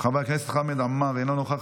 חבר הכנסת חמד עמאר, אינו נוכח,